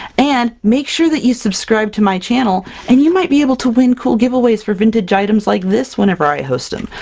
and make sure that you subscribe to my channel, and you might be able to win cool giveaways for vintage items like this, whenever i host them!